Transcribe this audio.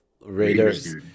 Raiders